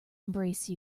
embrace